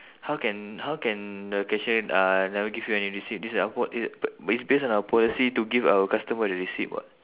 how can how can the cashier uh never give you any receipt this is our po~ it's based on our policy to give our customer a receipt [what]